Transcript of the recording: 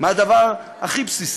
מהדבר הכי בסיסי.